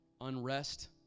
unrest